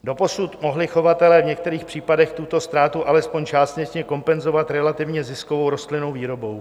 Doposud mohli chovatelé v některých případech tuto ztrátu alespoň částečně kompenzovat relativně ziskovou rostlinnou výrobou.